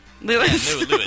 Lewis